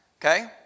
okay